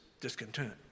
discontent